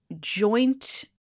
joint